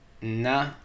nah